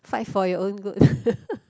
fight for your own good